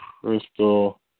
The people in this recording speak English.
Crystal